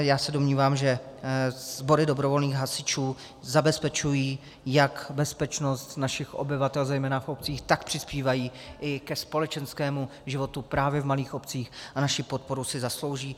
Já se domnívám, že sbory dobrovolných hasičů zabezpečují jak bezpečnost našich obyvatel zejména v obcích, tak přispívají ke společenskému životu právě v malých obcích a naši podporu si zaslouží.